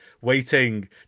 waiting